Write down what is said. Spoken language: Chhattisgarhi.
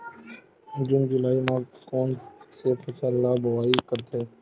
जून जुलाई म कोन कौन से फसल ल बोआई करथे?